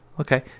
okay